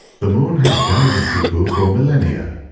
the moon has guided people for millennia.